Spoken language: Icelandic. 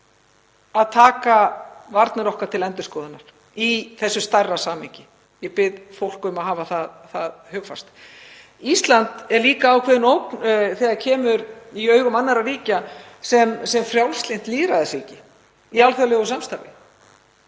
að taka varnir okkar til endurskoðunar í stærra samhengi. Ég bið fólk um að hafa það hugfast. Ísland er líka ákveðin ógn í augum annarra ríkja sem frjálslynt lýðræðisríki í alþjóðlegu samstarfi.